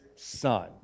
Son